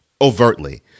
overtly